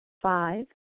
Five